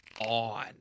on